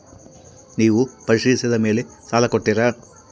ನೇವು ಪರಿಶೇಲಿಸಿದ ಮೇಲೆ ಸಾಲ ಕೊಡ್ತೇರಾ?